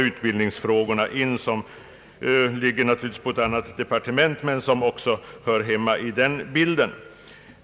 Utbildningsfrågorna, som dock ligger hos ett annat departement, hör också hemma i den bilden.